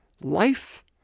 life